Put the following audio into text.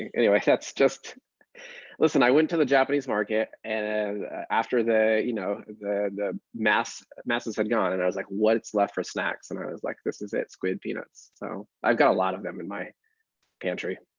anyway, that's just listen, i went to the japanese market. and and after the you know the masses masses had gone and i was like, what's left for snacks? and i was like, this is it, squid peanuts. so i've got a lot of them in my pantry.